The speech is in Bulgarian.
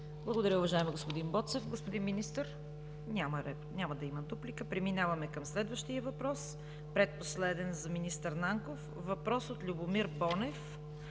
Благодаря, уважаеми господин Боцев. Господин Министър, няма да има дуплика? Преминаваме към следващият въпрос – предпоследен за министър Нанков. Въпрос от Любомир Бонев